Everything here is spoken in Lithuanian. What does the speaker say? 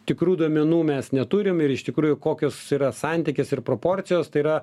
tikrų duomenų mes neturim ir iš tikrųjų kokios yra santykis ir proporcijos tai yra